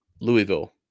Louisville